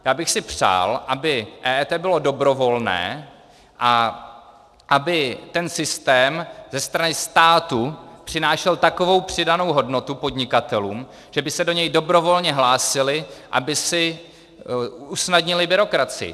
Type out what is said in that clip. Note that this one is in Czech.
Já bych si přál, aby EET bylo dobrovolné a aby ten systém ze strany státu přinášel takovou přidanou hodnotu podnikatelům, že by se do něj dobrovolně hlásili, aby si usnadnili byrokracii.